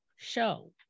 show